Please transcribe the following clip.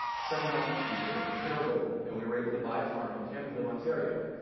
somehow, we did it. we hit our goal and we were able to buy a farm in campbellville, ontario,